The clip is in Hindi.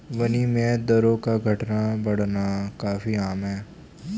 विनिमय दरों का घटना बढ़ना काफी आम है